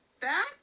back